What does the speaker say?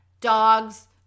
dogs